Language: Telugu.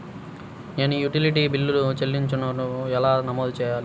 నేను యుటిలిటీ బిల్లు చెల్లింపులను ఎలా నమోదు చేయాలి?